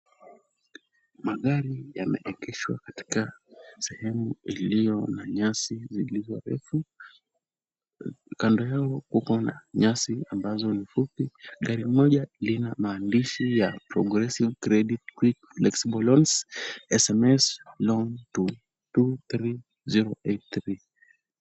Magari yameegeshwa katika sehemu iliyo na nyasi zilizo refu, kando yao kuko na nyasi ambazo ni fupi. Gari moja lina maandishi ya progressive credit quick flexible loans, sms loan to 23083 .